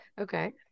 okay